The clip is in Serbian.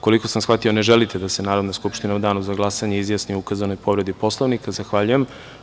Koliko sam shvatio ne želite da se Narodna skupština u danu za glasanje izjasni o ukazanoj povredi Poslovnika? (Marijan Rističević: Ne.) Zahvaljujem.